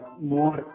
more